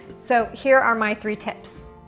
so here are my three tips.